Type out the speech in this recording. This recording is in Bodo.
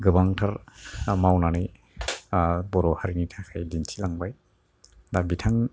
गोबांथार मावनानै बर' हारिनि थाखाय दिन्थिलांबाय दा बिथां